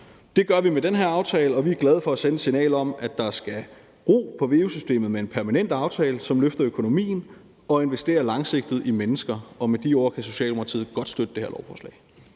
Det gør vi med denne aftale, og vi er glade for at sende et signal om, at der skal ro på veu-systemet med en permanent aftale, som løfter økonomien og investerer langsigtet i mennesker. Med de ord kan Socialdemokratiet godt støtte det her lovforslag.